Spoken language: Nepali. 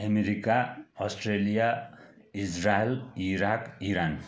America Australia Israel Iraq Iran